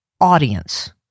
audience